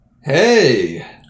Hey